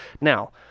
Now